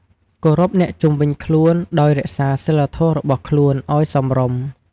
គោរពអ្នកជុំវិញខ្លួន ដោយរក្សាសីលធម៌របស់ខ្លួន ឲ្យសមរម្យ។